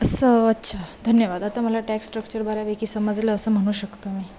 असं अच्छा धन्यवाद आता मला टॅक्स स्ट्रक्चर बऱ्यापैकी समजलं असं म्हणू शकतो मी